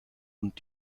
und